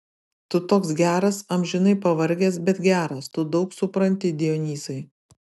tu toks geras amžinai pavargęs bet geras tu daug supranti dionyzai